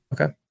Okay